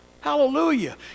Hallelujah